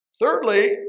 Thirdly